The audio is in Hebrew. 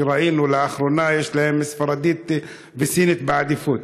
כי ראינו לאחרונה, יש להם ספרדית וסינית בעדיפות.